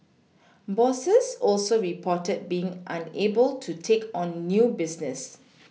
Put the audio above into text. bosses also reported being unable to take on new business